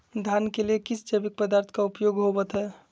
धान के लिए किस जैविक पदार्थ का उपयोग होवत है?